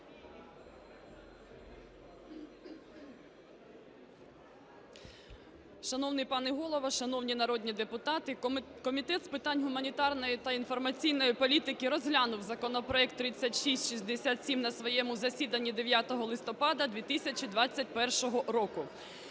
Шановний пане Голово, шановні народні депутати, Комітет з питань гуманітарної та інформаційної політики розглянув законопроект 3667 на своєму засіданні 9 листопада 2021 року.